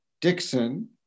Dixon